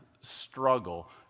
struggle